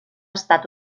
estat